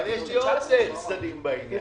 אבל יש לי עוד צדדים בעניין.